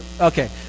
Okay